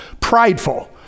prideful